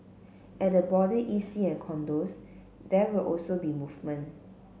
at the border E C and condos there will also be movement